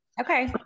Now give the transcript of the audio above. Okay